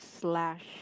slash